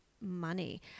money